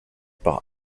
par